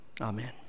Amen